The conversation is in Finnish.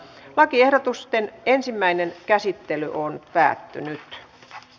lakiehdotusten ensimmäinen käsittely päättyi